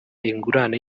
ingurane